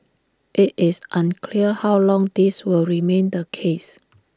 IT is unclear how long this will remain the case